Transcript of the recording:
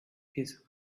his